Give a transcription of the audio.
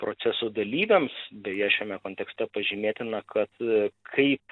proceso dalyviams beje šiame kontekste pažymėtina kad kaip